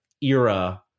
era